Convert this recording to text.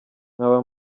nkaba